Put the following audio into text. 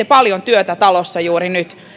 paljon työtä talossa juuri nyt